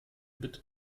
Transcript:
bitte